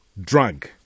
drug